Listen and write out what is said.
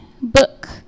book